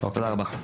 תודה רבה.